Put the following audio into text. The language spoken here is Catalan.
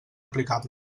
aplicable